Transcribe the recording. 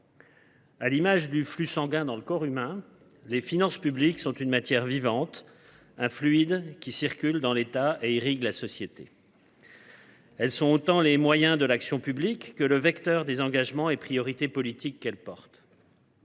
à l’image du flux sanguin dans le corps humain, les finances publiques sont une matière vivante, un fluide qui circule dans l’État et irrigue la société. Elles sont autant les moyens de l’action publique que le vecteur des engagements et priorités politiques que celle ci porte.